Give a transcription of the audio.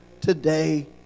today